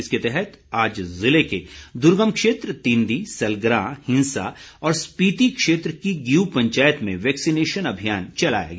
इसके तहत आज ज़िले के दुर्गम क्षेत्र तिंदी सलग्रां हिंसा और स्पीति क्षेत्र की गियू पंचायत में वैक्सीनेशन अभियान चलाया गया